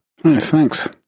Thanks